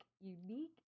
unique